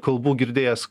kalbų girdėjęs